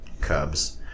cubs